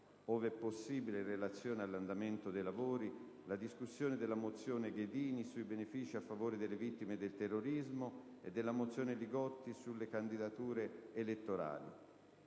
ove possibile in relazione all'andamento dei lavori - la discussione della mozione Ghedini sui benefìci a favore delle vittime del terrorismo e della mozione Li Gotti sulle candidature elettorali.